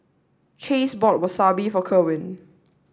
Chace bought Wasabi for Kerwin